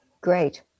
Great